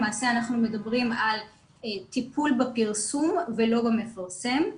למעשה אנחנו מדברים על טיפול בפרסום ולא במפרסם,